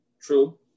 True